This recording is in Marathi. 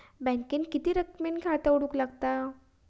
बँकेत किती रक्कम ने खाता उघडूक लागता?